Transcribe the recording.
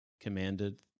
commanded